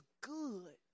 good